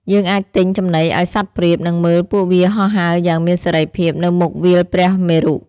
យើងអាចទិញចំណីឱ្យសត្វព្រាប និងមើលពួកវាហោះហើរយ៉ាងមានសេរីភាពនៅមុខវាលព្រះមេរុ។